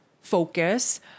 focus